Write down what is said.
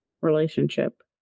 relationship